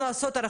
לשמור על הפה.